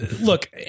Look